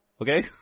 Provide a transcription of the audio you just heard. Okay